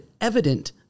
evident